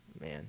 man